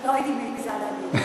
לא הייתי מעזה להגיד.